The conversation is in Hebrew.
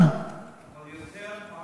אבל הוא יותר ממה